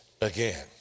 again